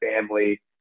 family